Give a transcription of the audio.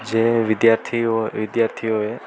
જ વિદ્યાર્થીઓ વિદ્યાર્થીઓ એ